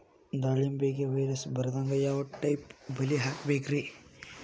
ದಾಳಿಂಬೆಗೆ ವೈರಸ್ ಬರದಂಗ ಯಾವ್ ಟೈಪ್ ಬಲಿ ಹಾಕಬೇಕ್ರಿ?